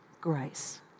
grace